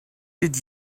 did